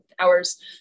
hours